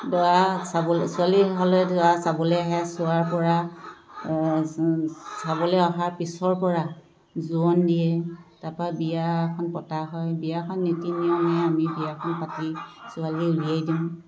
দৰা চাবলৈ ছোৱালী হ'লে দৰাই চাবলৈ আহে চোৱাৰ পৰা চাবলৈ অহাৰ পিছৰপৰা জোৰোণ দিয়ে তাৰপৰা বিয়া এখন পতা হয় বিয়াখন নীতি নিয়মে আমি বিয়াখন পাতি ছোৱালী উলিয়াই দিওঁ